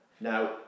Now